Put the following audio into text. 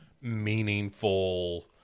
meaningful